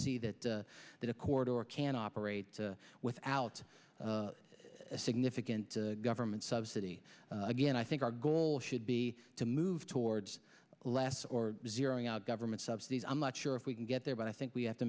see that that accord or can operate without a significant government subsidy again i think our goal should be to move wards last or zeroing out government subsidies i'm not sure if we can get there but i think we have to